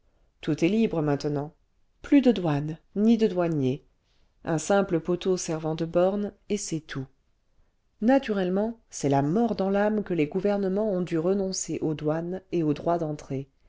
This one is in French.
tout est libre maintenant plus de douanes ni de douaniers un simple poteau servant de borne et c'est tout naturellement c'est la mort dans l'âme que les gouvernements ont dû renoncer aux douanes et aux droits d'entrée